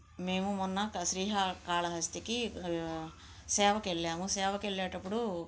మేము మొన్న శ్రీ హా శ్రీ కాళహస్తికి సేవకి వెళ్ళాము సేవకి వెళ్ళేటప్పుడు